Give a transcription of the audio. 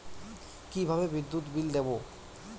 কিভাবে বিদ্যুৎ বিল দেবো?